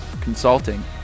consulting